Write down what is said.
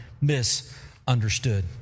misunderstood